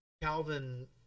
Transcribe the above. Calvin